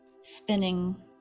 Spinning